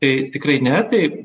tai tikrai ne tai